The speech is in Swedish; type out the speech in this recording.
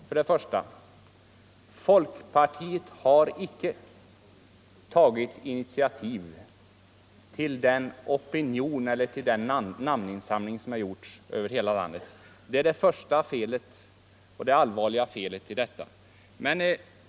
Till det är först och främst att säga att folkpartiet icke har tagit initiativ till den namninsamling som har genomförts över hela landet.